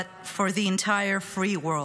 but for the entire free world.